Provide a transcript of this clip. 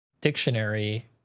dictionary